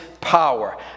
power